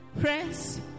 friends